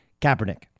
Kaepernick